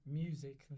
music